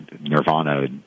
Nirvana